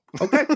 Okay